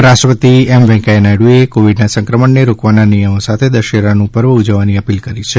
ઉપરાષ્ટ્રપતિ વેંકૈયા નાયડુએ કોવિડના સંક્રમણને રોકવાના નિયમો સાથે દશેરાનું પર્વ ઉજવવાની અપીલ કરી છે